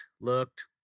looked